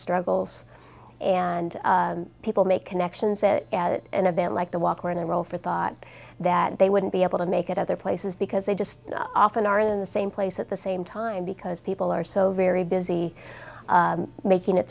struggles and people make connections that at an event like the walk or in a role for thought that they wouldn't be able to make it other places because they just often are in the same place at the same time because people are so very busy making it